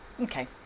Okay